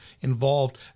involved